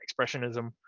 expressionism